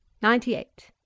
ninety-eight.